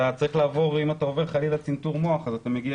אם אתה עובר חלילה צנתור מוח אתה מגיע